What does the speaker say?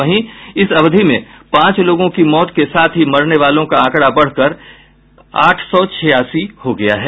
वहीं इस अवधि में पांच लोगों की मौत के साथ ही मरने वालों का आंकड़ा बढ़कर आठ सौ छियासी हो गया है